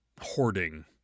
hoarding